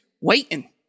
waiting